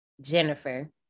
Jennifer